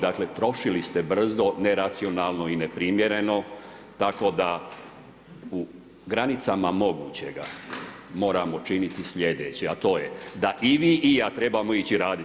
Dakle, trošili ste brzo, neracionalno i neprimjereno tako da u granicama mogućega moramo činiti sljedeće, a to je da i vi i ja trebamo ići raditi.